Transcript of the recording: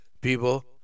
people